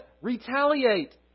retaliate